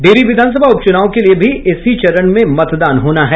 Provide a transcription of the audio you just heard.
डिहरी विधानसभा उप चुनाव के लिये भी इसी चरण में मतदान होना है